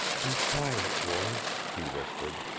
be quiet, boy, he whispered.